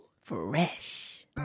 Fresh